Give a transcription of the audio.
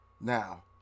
Now